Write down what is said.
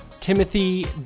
Timothy